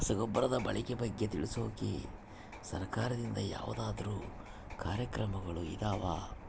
ರಸಗೊಬ್ಬರದ ಬಳಕೆ ಬಗ್ಗೆ ತಿಳಿಸೊಕೆ ಸರಕಾರದಿಂದ ಯಾವದಾದ್ರು ಕಾರ್ಯಕ್ರಮಗಳು ಇದಾವ?